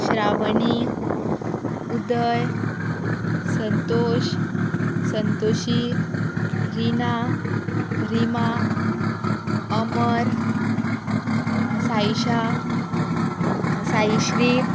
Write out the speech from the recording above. Shravani Uday Santosh Santoshi Rina Rima Amar Saisha Saishree